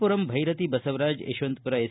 Puram Byrathi Basavaraj Yeshwanthpur S